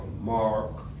Mark